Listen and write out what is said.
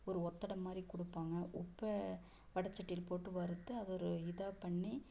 ஒரு ஒத்தடம் மாதிரி கொடுப்பாங்க உப்பை வடை சட்டியில் போட்டு வறுத்து அதை ஒரு இதாக பண்ணி